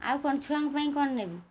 ଆଉ କ'ଣ ଛୁଆଙ୍କ ପାଇଁ କ'ଣ ନେବେ